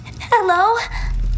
Hello